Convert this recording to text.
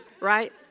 right